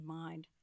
mind